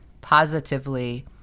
positively